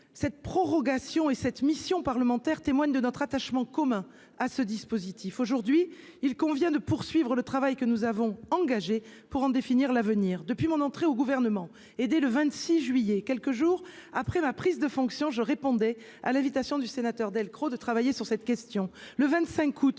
cette prorogation et cette mission parlementaire témoigne de notre attachement commun à ce dispositif, aujourd'hui, il convient de poursuivre le travail que nous avons engagé pour en définir l'avenir depuis mon entrée au gouvernement, et dès le 26 juillet, quelques jours après ma prise de fonction, je répondait à l'invitation du sénateur Delcros de travailler sur cette question le 25 août